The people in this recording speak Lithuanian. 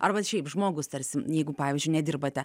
arba šiaip žmogus tarsi jeigu pavyzdžiui nedirbate